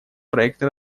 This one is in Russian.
проекты